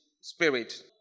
Spirit